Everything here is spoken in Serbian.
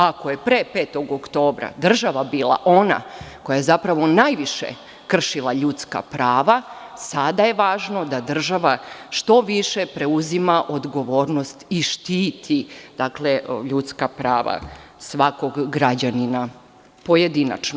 Ako je pre 5. oktobra država bila ona koja je zapravo najviše kršila ljudska prava, sada je važno da država što više preuzima odgovornost i štiti ljudska prava svakog građanina pojedinačno.